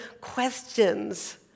questions